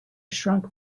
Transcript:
shrunk